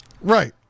right